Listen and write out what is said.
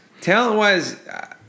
Talent-wise